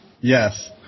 yes